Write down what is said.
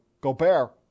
Gobert